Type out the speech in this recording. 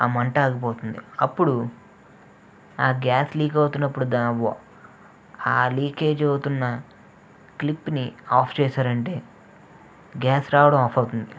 ఆ మంటాగిపోతుంది అప్పుడు ఆ గ్యాస్ లీక్ అవుతున్నప్పుడు ఆ లీకేజ్ అవుతున్న క్లిప్ని ఆఫ్ చేసారంటే గ్యాస్ రావడం ఆఫవుతుంది